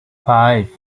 five